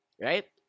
right